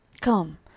Come